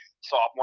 sophomore